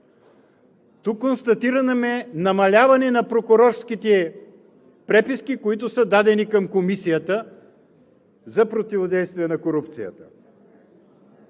Тук констатираме намаляване на прокурорските преписки, които са дадени към Комисията за противодействие на корупцията.